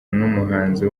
n’umuhanzi